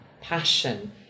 passion